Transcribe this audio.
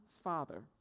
father